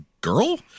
girl